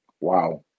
wow